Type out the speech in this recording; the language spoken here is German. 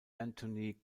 anthony